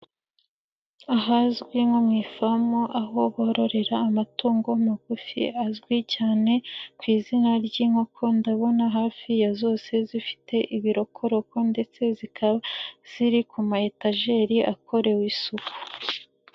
Ahazwi nko mu ifamu, aho bororera amatungo magufi azwi cyane ku izina ry'inkoko, ndabona hafi ya zose zifite ibirokoroko ndetse zikaba ziri ku maetajeri akorewe isuka.